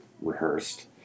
rehearsed